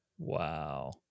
Wow